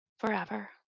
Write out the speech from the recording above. Forever